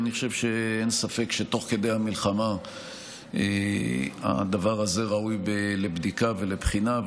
אני חושב שאין ספק שתוך כדי המלחמה הדבר הזה ראוי לבדיקה ולבחינה,